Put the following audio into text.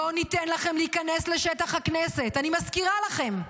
לא ניתן לכם להיכנס לשטח הכנסת, אני מזכירה לכם,